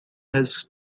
has